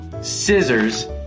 scissors